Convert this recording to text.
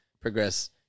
progress